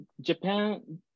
Japan